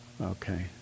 Okay